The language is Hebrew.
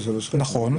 נכון,